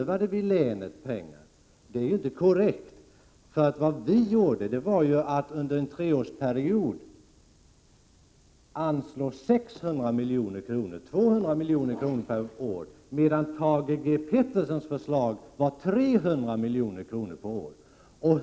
Vad vi gjorde var att FESORApOltiken under en treårsperiod acksiå 600 milj.kr. — 200 miljoner per år — medan Thage G Petersons förslag var 300 milj.kr. under perioden.